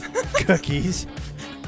Cookies